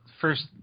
first